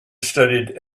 studied